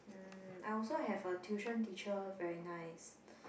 um I also have a tuition teacher very nice